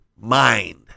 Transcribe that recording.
mind